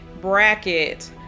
bracket